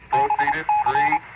i